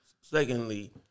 Secondly